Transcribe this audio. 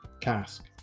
cask